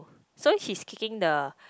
so he is kicking the